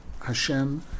Hashem